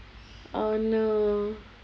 oh no